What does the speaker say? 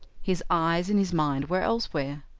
his eyes and his mind were elsewhere.